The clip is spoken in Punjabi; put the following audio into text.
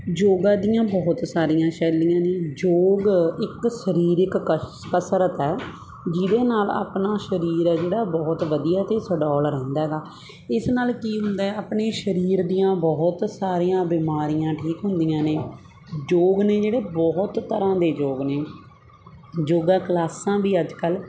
ਯੋਗਾ ਦੀਆਂ ਬਹੁਤ ਸਾਰੀਆਂ ਸ਼ੈਲੀਆਂ ਨੇ ਯੋਗ ਇੱਕ ਸਰੀਰਕ ਕਸ਼ ਕਸਰਤ ਹੈ ਜਿਹਦੇ ਨਾਲ ਆਪਣਾ ਸਰੀਰ ਹੈ ਜਿਹੜਾ ਬਹੁਤ ਵਧੀਆ ਅਤੇ ਸਡੋਲ ਰਹਿੰਦਾ ਗਾ ਇਸ ਨਾਲ ਕੀ ਹੁੰਦਾ ਆਪਣੇ ਸਰੀਰ ਦੀਆਂ ਬਹੁਤ ਸਾਰੀਆਂ ਬਿਮਾਰੀਆਂ ਠੀਕ ਹੁੰਦੀਆਂ ਨੇ ਯੋਗ ਨੇ ਜਿਹੜੇ ਬਹੁਤ ਤਰ੍ਹਾਂ ਦੇ ਯੋਗ ਨੇ ਯੋਗਾਂ ਕਲਾਸਾਂ ਵੀ ਅੱਜ ਕੱਲ੍ਹ